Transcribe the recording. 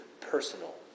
personal